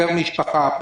פר משפחה,